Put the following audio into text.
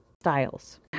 styles